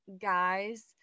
guys